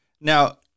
Now